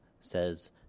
says